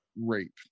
rape